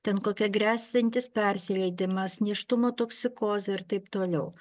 ten kokia gresiantis persileidimas nėštumo toksikozė ir taip toliau